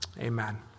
Amen